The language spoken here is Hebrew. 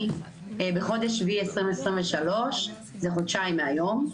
בחודש שביעי 2023. זה חודשיים מהיום.